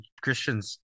Christian's